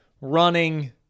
running